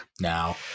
now